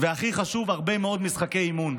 והכי חשוב, הרבה מאוד משחקי אימון.